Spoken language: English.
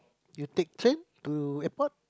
you take train to airport